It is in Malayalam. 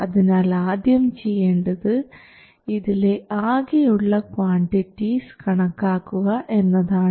അതിനാൽ ആദ്യം ചെയ്യേണ്ടത് ഇതിലെ ആകെയുള്ള ക്വാണ്ടിറ്റിസ് കണക്കാക്കുക എന്നതാണ്